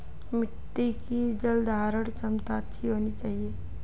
मिट्टी की जलधारण क्षमता अच्छी होनी चाहिए